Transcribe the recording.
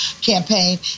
campaign